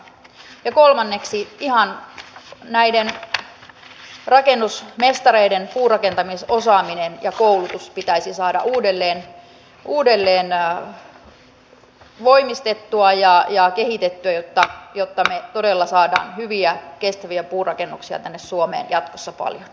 ja kolmanneksi ihan näiden rakennusmestareiden puurakentamisosaaminen ja koulutus pitäisi saada uudelleen voimistettua ja kehitettyä jotta me todella saamme hyviä kestäviä puurakennuksia tänne suomeen jatkossa paljon